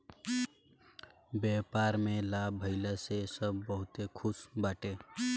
व्यापार में लाभ भइला से सब बहुते खुश बाटे